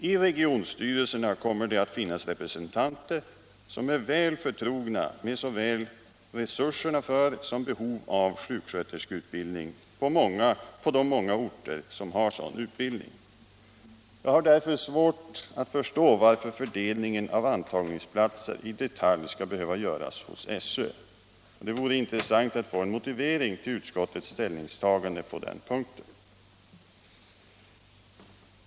I regionstyrelserna kommer det att finnas representanter som är väl förtrogna med såväl resurser för som behov av sjuksköterskeutbildning på de många orter som har sådan utbildning. Jag har därför svårt att förstå varför fördelningen av antagningsplatser i detalj skall behöva göras hos SÖ. Det vore intressant att få en motivering till utskottets ställningstagande på den punkten.